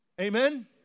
Amen